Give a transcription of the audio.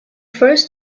first